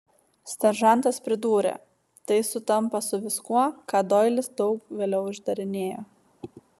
seržantas pridūrė tai sutampa su viskuo ką doilis daug vėliau išdarinėjo